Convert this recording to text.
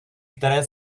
které